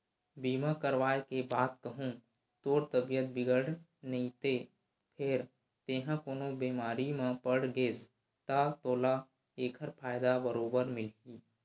बीमा करवाय के बाद कहूँ तोर तबीयत बिगड़त नइते फेर तेंहा कोनो बेमारी म पड़ गेस ता तोला ऐकर फायदा बरोबर मिलही